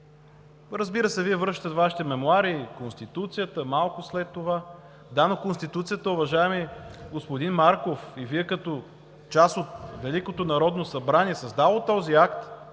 Разбира се, Вие връщате Вашите мемоари – Конституцията, малко след това. Да, но Конституцията, уважаеми господин Марков, и Вие, като част от Великото народно събрание, създало този акт,